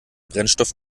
brennstoff